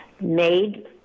made